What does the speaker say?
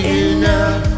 enough